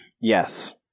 Yes